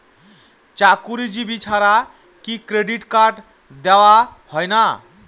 চাকুরীজীবি ছাড়া কি ক্রেডিট কার্ড দেওয়া হয় না?